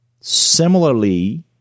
Similarly